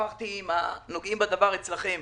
שוחחתי עם הנוגעים בדבר אצלכם,